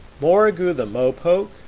mooregoo the mopoke,